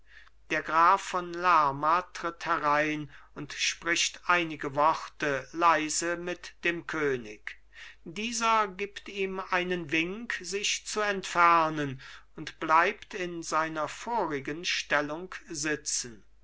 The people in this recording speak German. der graf von lerma tritt herein und spricht einige worte leise mit dem könig dieser gibt ihm einen wink sich zu entfernen und bleibt in seiner vorigen stellung sitzen